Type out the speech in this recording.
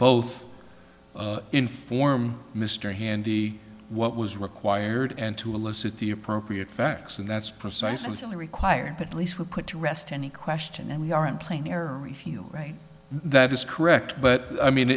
both inform mr handy what was required and to elicit the appropriate facts and that's precisely required at least were put to rest any question and we are in plain error we feel right that is correct but i mean